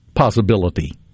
Possibility